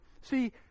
See